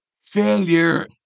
Failure